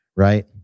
right